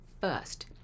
first